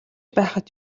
байхад